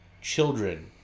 children